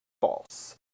false